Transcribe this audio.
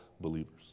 believers